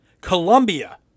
Colombia